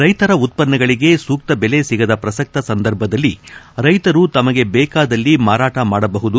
ರೈತರ ಉತ್ಪನ್ನಗಳಿಗೆ ಸೂಕ್ತ ಬೆಲೆ ಸಿಗದ ಪ್ರಸಕ್ತ ಸಂದರ್ಭದಲ್ಲಿ ರೈತರು ತಮಗೆ ಬೇಕಾದಲ್ಲಿ ಮಾರಾಟ ಮಾಡಬಹುದು